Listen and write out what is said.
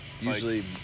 usually